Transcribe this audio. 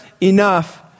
enough